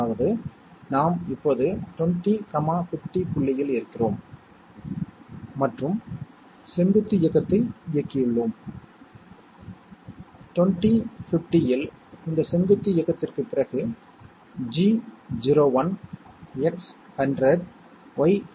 அதாவது என்னிடம் 1 மற்றும் 1 இருந்தால் எனது சர்க்யூட் இந்த இரண்டு 1 களையும் கூட்டி இரண்டின் முடிவைக் கொடுக்கும் வகையில் வடிவமைக்கப்பட்டிருக்கும் இது பைனரியில் 10 அது 1 மற்றும் 0 ஐக் கூட்டி முடிவை 1 எனக் கொடுக்கும்